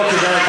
לא כדאי.